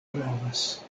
pravas